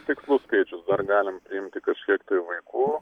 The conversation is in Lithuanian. tikslus skaičius dar galim priimti kažkiek vaikų